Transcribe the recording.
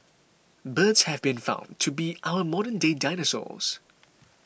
birds have been found to be our modern day dinosaurs